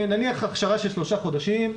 נניח הכשרה של שלושה חודשים.